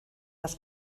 las